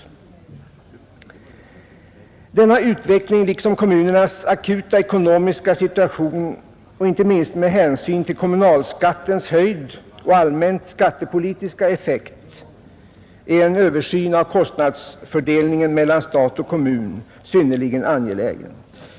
Med hänsyn till denna utveckling liksom till kommunernas akuta ekonomiska situation och inte minst till kommunalskattens höjd och allmänt skattepolitiska effekt är en översyn av kostnadsfördelningen mellan stat och kommun synnerligen angelägen.